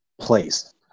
place